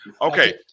Okay